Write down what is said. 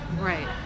Right